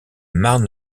marne